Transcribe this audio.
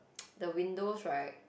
the windows right